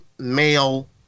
Male